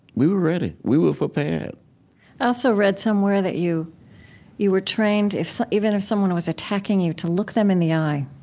we were ready. we were prepared i also read somewhere that you you were trained, so even if someone was attacking you, to look them in the eye,